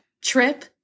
Trip